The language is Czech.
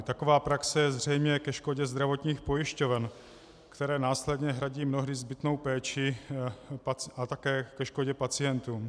Taková praxe je zřejmě ke škodě zdravotních pojišťoven, které následně hradí mnohdy zbytnou péči, a také ke škodě pacientům.